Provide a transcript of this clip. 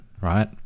right